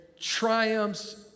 triumphs